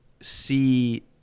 see